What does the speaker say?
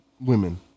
women